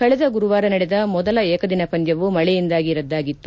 ಕಳೆದ ಗುರುವಾರ ನಡೆದ ಮೊದಲ ಏಕದಿನ ಪಂದ್ಯವು ಮಳೆಯಿಂದಾಗಿ ರದ್ದಾಗಿತ್ತು